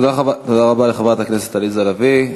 תודה רבה לחברת הכנסת עליזה לביא.